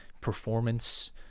performance